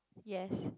yes